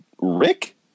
Rick